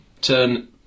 Turn